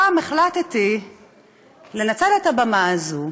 הפעם החלטתי לנצל את הבמה הזאת